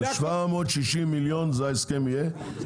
ה-760 מיליון זה ההסכם יהיה,